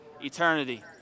eternity